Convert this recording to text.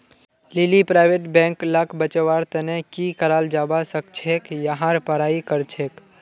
लीली private bank लाक बचव्वार तने की कराल जाबा सखछेक यहार पढ़ाई करछेक